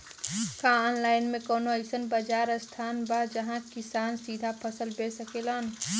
का आनलाइन मे कौनो अइसन बाजार स्थान बा जहाँ किसान सीधा फसल बेच सकेलन?